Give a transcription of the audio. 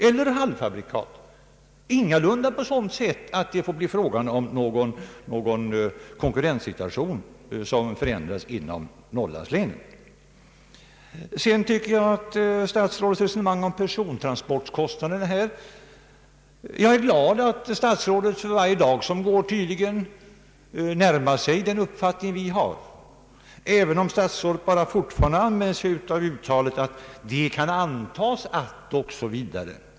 Det gäller endast vissa exempel, halvfabrikat och sådant. Det är ingalunda vår avsikt att stödet skulle få förändra kon om persontransportkostnaderna är jag glad att herr statsrådet för varje dag som går tydligen närmar sig vår uppfattning, även om herr statsrådet säger att ”det kan antas att” o.s.v.